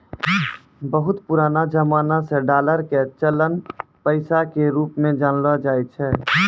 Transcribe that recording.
बहुते पुरानो जमाना से डालर के चलन पैसा के रुप मे जानलो जाय छै